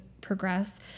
progress